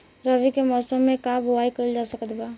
रवि के मौसम में का बोआई कईल जा सकत बा?